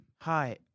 Hi